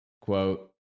quote